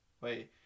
Wait